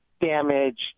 damage